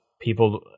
people